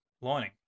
lining